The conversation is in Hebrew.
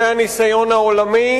זה הניסיון העולמי,